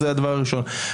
הדבר השני,